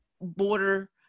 border